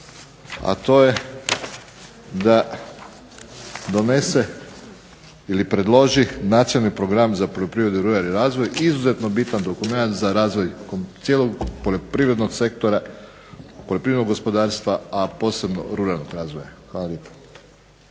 a to je da donese ili predloži Nacionalni program za poljoprivredu i ruralni razvoj, izuzetno bitan dokument za razvoj cijelog poljoprivrednog sektora, poljoprivrednog gospodarstva, a posebno ruralnog razvoja. Hvala lijepo.